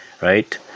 right